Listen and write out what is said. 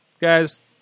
guys